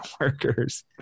workers